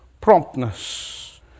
promptness